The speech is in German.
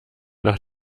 nach